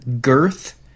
girth